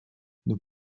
nous